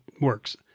works